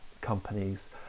companies